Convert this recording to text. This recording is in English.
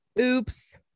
oops